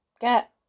get